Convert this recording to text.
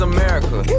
America